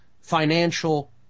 financial